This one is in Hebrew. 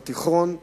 דרך התיכון,